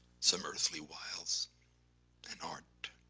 some earthly wiles that aren't,